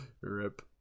rip